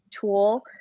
tool